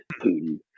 Putin